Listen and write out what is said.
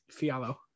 Fialo